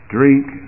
Drink